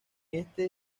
este